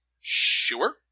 Sure